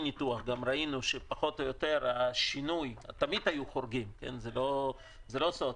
תמיד היו אנשים שחרגו, זה לא סוד.